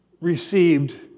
received